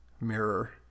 mirror